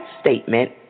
statement